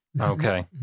Okay